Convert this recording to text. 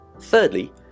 thirdly